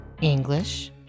English